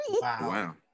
Wow